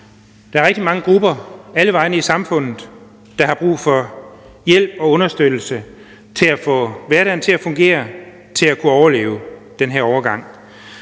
Der er rigtig mange grupper alle vegne i samfundet, der har brug for hjælp og understøttelse til at få hverdagen til at fungere, til at kunne overleve den her overgang.